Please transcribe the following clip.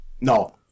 No